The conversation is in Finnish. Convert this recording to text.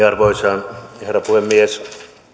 arvoisa herra puhemies